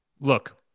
look